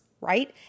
Right